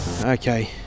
okay